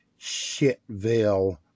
Shitville